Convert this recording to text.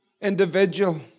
individual